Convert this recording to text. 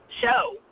show